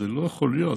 זה לא יכול להיות,